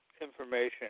information